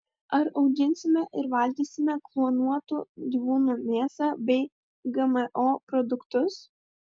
ar auginsime ir valgysime klonuotų gyvūnų mėsą bei gmo produktus